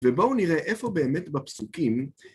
ובואו נראה איפה באמת בפסוקים...